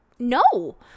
No